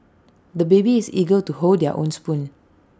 the baby is eager to hold his own spoon